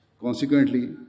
Consequently